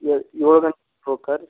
ಯ್ ಏಳು ಗಂಟೆ ಹೋಕ್ತಾರ್